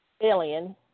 alien